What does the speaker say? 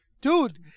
Dude